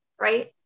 right